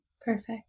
Perfect